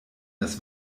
das